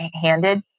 handed